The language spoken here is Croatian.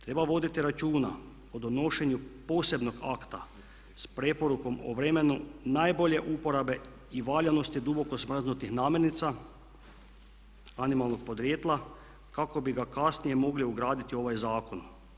Treba voditi računa o donošenju posebnog akta s preporukom o vremenu najbolje uporabe i valjanosti duboko smrznutih namirnica animalnog podrijetla kako bi ga kasnije mogli ugraditi u ovaj zakon.